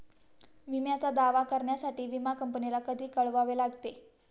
विम्याचा दावा करण्यासाठी विमा कंपनीला कधी कळवावे लागते?